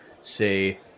say